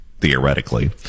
theoretically